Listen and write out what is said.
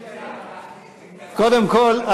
מס' 2365. קודם כול,